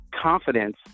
confidence